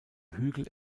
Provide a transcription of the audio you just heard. hügel